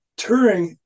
Turing